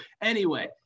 anyway-